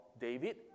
David